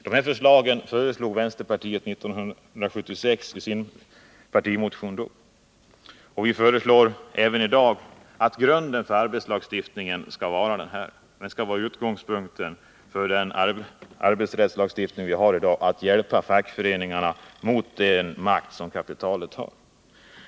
De här förslagen upptog vänsterpartiet kommunisterna i sin partimotion år 1976. Vi föreslår även i dag att grunden för den arbetslagstiftning vi har i dag skall vara att hjälpa fackföreningarna mot den makt som kapitalet har.